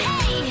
Hey